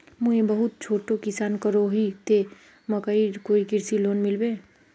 मुई बहुत छोटो किसान करोही ते मकईर कोई कृषि लोन मिलबे?